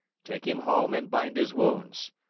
take him home and bind his wounds.